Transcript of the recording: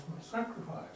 sacrifice